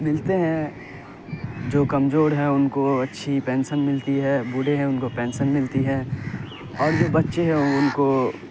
ملتے ہیں جو کمزور ہیں ان کو اچھی پینسن ملتی ہے بوڑھے ہیں ان کو پیسن ملتی ہے اور جو بچے ہیں وہ ان کو